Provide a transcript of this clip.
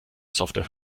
software